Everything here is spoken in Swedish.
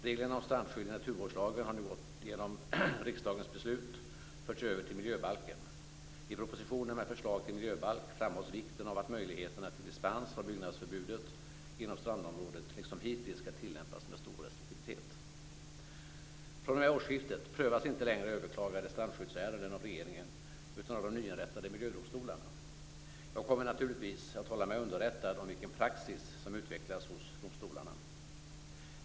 Reglerna om strandskydd i naturvårdslagen har nu genom riksdagens beslut förts över till miljöbalken. I propositionen med förslag till miljöbalk framhålls vikten av att möjligheterna till dispens från byggnadsförbudet inom strandområde liksom hittills skall tillämpas med stor restriktivitet. fr.o.m. årsskiftet prövas inte längre överklagade strandskyddsärenden av regeringen utan av de nyinrättade miljödomstolarna. Jag kommer naturligtvis att hålla mig underrättad om vilken praxis som utvecklas hos domstolarna.